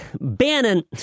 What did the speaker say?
Bannon